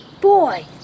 Boy